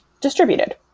distributed